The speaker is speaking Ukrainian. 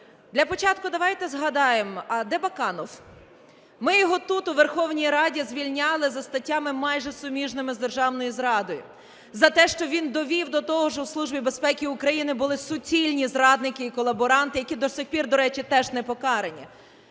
Для початку давайте згадаємо: а де Баканов? Ми його тут, у Верховній Раді, звільняли за статтями, майже суміжними з державною зрадою, за те, що він довів до того, що в Службі безпеки України були суцільні зрадники і колаборанти, які до сих пір, до речі, теж не покарані.